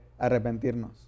arrepentirnos